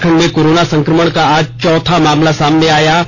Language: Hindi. झारखंड में कोरोना संक्रमण का आज चौथा मामला सामने आया